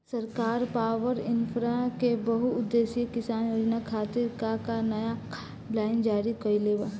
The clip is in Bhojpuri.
सरकार पॉवरइन्फ्रा के बहुउद्देश्यीय किसान योजना खातिर का का नया गाइडलाइन जारी कइले बा?